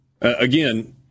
Again